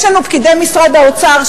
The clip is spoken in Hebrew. יש לנו פקידי משרד האוצר,